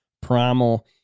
primal